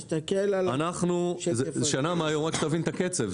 תבין את הקצב,